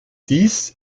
dies